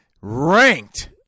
ranked